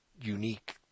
unique